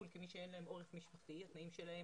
לארץ כמי שאין להם עורף משפחתי וכאן מדובר